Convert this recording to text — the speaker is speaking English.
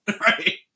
Right